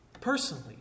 personally